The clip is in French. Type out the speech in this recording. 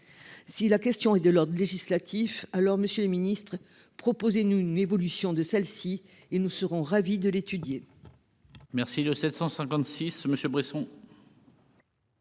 si la question est de l'ordre législatif alors Monsieur le Ministre, proposez-nous une évolution de celle-ci, il nous serons ravis de l'étudier.